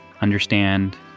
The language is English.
understand